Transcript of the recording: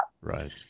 Right